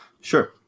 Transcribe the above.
Sure